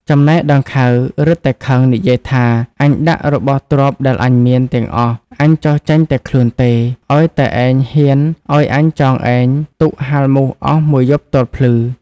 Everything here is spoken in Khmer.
ចំណែកដង្ខៅ រឹតតែខឹង និយាយថា "អញដាក់របស់ទ្រព្យដែលអញមាន ទាំងអស់ អញចុះចេញតែខ្លួនទេ ឲ្យតែឯងហ៊ានឲ្យអញចងឯង ទុកហាលមូសអស់ ១ យប់ទល់ភ្លឺ